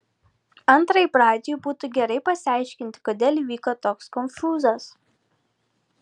antrai pradžiai būtų gerai pasiaiškinti kodėl įvyko toks konfūzas